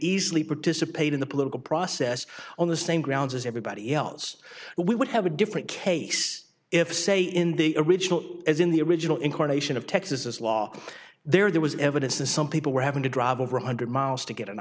easily participate in the political process on the same grounds as everybody else but we would have a different case if say in the original as in the original incarnation of texas as law there was evidence that some people were having to drive over one hundred miles to get an